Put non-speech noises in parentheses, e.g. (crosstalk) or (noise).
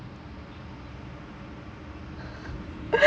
(laughs)